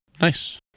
Nice